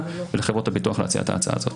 ולחברות הביטוח להציע את ההצעה הזאת.